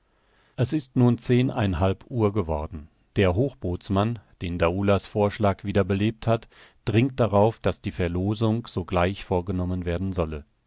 es ist nun zehn ein halb uhr geworden der hochbootsmann den daoulas vorschlag wieder belebt hat dringt darauf daß die verloosung sogleich vorgenommen werden solle